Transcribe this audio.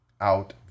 out